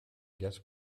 guess